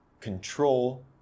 control